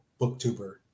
booktuber